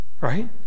right